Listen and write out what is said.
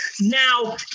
Now